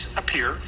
appear